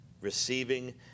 Receiving